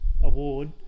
award